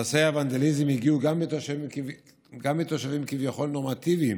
מעשי הוונדליזם הגיעו גם מתושבים כביכול נורמטיביים,